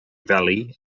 valley